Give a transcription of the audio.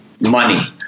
money